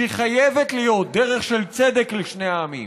שהיא חייבת להיות דרך של צדק לשני העמים,